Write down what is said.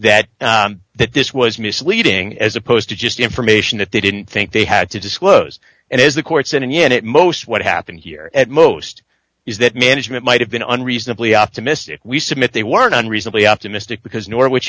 that that this was misleading as opposed to just information that they didn't think they had to disclose and as the court said and yet it most what happened here at most is that management might have been reasonably optimistic we submit they weren't on reasonably optimistic because norwich